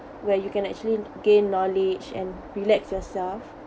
where you can actually gain knowledge and relax yourself